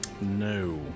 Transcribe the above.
No